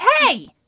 hey